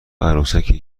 عروسکی